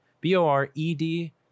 B-O-R-E-D